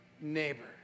neighbor